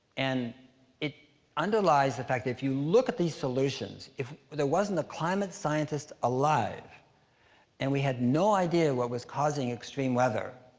and it underlies that fact that, if you look at these solutions, if there wasn't a climate scientist alive and we had no idea what was causing extreme weather,